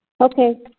Okay